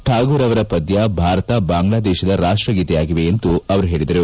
ಠಾಗೂರ್ ಅವರ ಪದ್ಯ ಭಾರತ ಬಾಂಗ್ಲಾದೇಶದ ರಾಷ್ಷಗೀತೆಯಾಗಿವೆ ಎಂದು ಹೇಳಿದರು